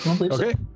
okay